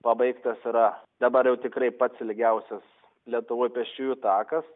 pabaigtas yra dabar jau tikrai pats ilgiausias lietuvoj pėsčiųjų takas